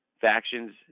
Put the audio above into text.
factions